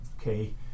Okay